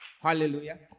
Hallelujah